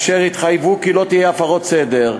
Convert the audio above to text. אשר התחייבו שלא תהיינה הפרות סדר.